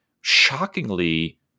shockingly